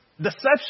deception